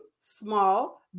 small